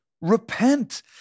Repent